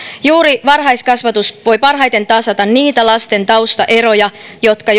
juuri varhaiskasvatus voi parhaiten tasata niitä lasten taustaeroja jotka